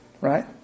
right